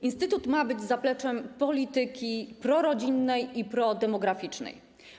Instytut ma być zapleczem polityki prorodzinnej i prodemograficznej.